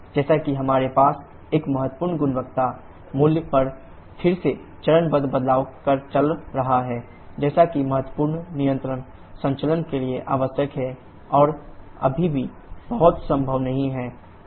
जैसा कि हमारे पास एक महत्वपूर्ण गुणवत्ता मूल्य पर फिर से चरणबद्ध बदलाव चल रहा है जैसा कि महत्वपूर्ण नियंत्रण संचालन के लिए आवश्यक है और अभी भी बहुत संभव नहीं है